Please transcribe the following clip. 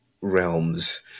realms